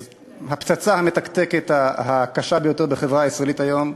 הפצצה המתקתקת הגדולה ביותר בחברה הישראלית היום.